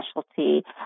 specialty